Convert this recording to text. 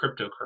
cryptocurrency